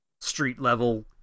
street-level